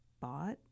bought